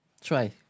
Try